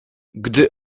gdy